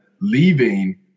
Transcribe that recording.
leaving